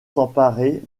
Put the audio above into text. s’emparer